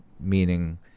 meaning